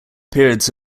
periods